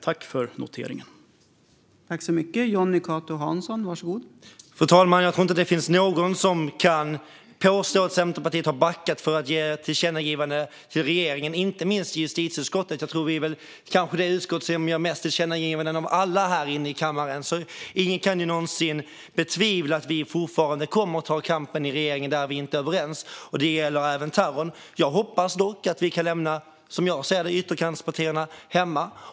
Tack för det klargörandet!